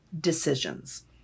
decisions